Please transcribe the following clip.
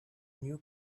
new